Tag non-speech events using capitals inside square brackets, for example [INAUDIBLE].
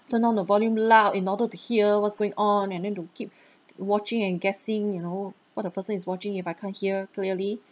[BREATH] turn on the volume loud in order to hear what's going on and then to keep [BREATH] watching and guessing you know what the person is watching if I can't hear clearly